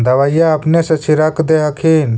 दबइया अपने से छीरक दे हखिन?